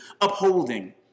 upholding